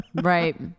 right